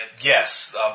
Yes